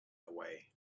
away